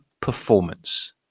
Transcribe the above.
performance